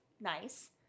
nice